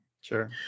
Sure